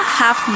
half